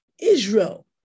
Israel